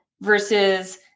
versus